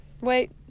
Wait